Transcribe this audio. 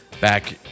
back